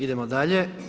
Idemo dalje.